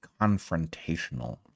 confrontational